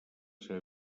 seva